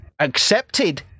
accepted